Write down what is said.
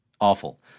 Awful